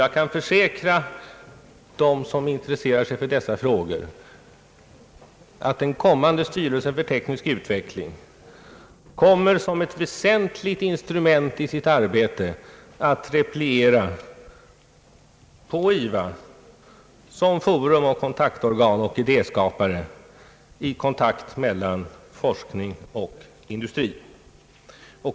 Jag kan försäkra dem som intresserar sig för dessa frågor att den kommande styrelsen för teknisk utveckling som ett väsentligt instrument i sitt arbete kommer att repliera på IVA som forum, idéskapare och kontaktorgan mellan forskning och industri.